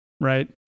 right